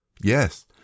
Yes